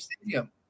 stadium